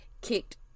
kicked